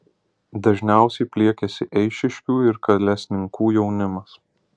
dažniausiai pliekiasi eišiškių ir kalesninkų jaunimas